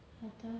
அதான்:athaan